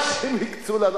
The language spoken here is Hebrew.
מה שהם הקצו לנו.